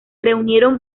reunieron